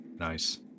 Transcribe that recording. nice